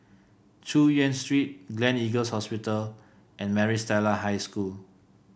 Chu Yen Street Gleneagles Hospital and Maris Stella High School